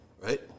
Right